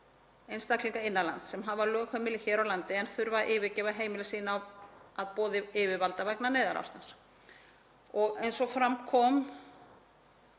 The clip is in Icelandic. einstaklinga innan lands sem hafa lögheimili hér á landi en þurfa að yfirgefa heimili sín að boði yfirvalda vegna neyðarástands. Eins og fram kemur